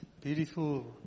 Beautiful